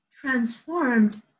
transformed